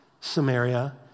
Samaria